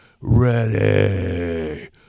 ready